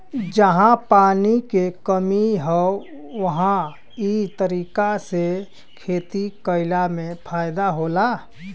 जहां पानी के कमी हौ उहां इ तरीका से खेती कइला में फायदा होला